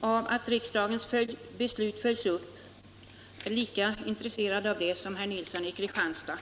av att riksdagens beslut följs upp och lika intresserad av det som herr Nilsson i Kristianstad.